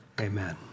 Amen